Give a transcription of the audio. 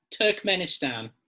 Turkmenistan